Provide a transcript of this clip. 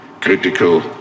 critical